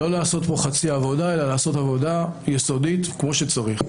לא לעשות פה חצי-עבודה אלא לעשות עבודה יסודית כמו שצריך.